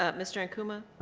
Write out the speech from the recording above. ah mr. ankuma?